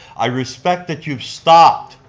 i respect that you've stopped